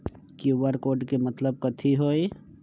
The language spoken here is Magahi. कियु.आर कोड के मतलब कथी होई?